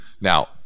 Now